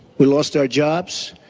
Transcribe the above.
we lost our jobs,